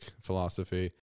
philosophy